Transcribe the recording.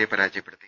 യെ പരാജയപ്പെടുത്തി